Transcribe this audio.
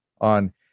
on